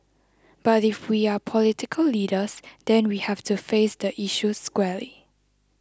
but if we are political leaders then we have to face the issue squarely